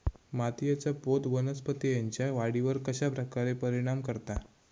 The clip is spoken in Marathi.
मातीएचा पोत वनस्पतींएच्या वाढीवर कश्या प्रकारे परिणाम करता?